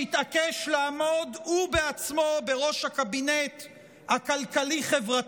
שהתעקש לעמוד הוא בעצמו בראש הקבינט הכלכלי-חברתי,